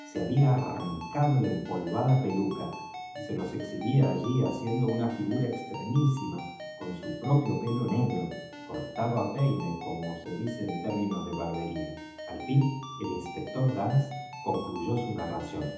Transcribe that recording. se había arrancado la empolvada peluca y se nos exhibía allí haciendo una figura extrañísima con su propio pelo negro cortado á peine como se dice en términos de barbería al fin el inspector dance concluyó su narración